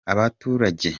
abaturage